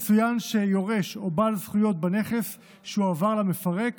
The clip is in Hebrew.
יצוין שיורש או בעל זכויות בנכס שהועבר למפרק